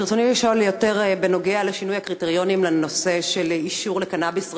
ברצוני לשאול בנוגע לשינוי הקריטריונים בנושא אישור לקנאביס רפואי.